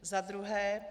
Za druhé.